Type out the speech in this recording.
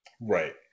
Right